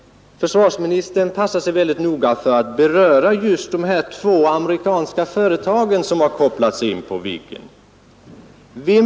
Försvarsministern passade sig mycket noga för att beröra de två amerikanska företag som kopplats in på Viggenprojektet.